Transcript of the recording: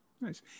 nice